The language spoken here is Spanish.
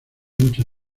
mucho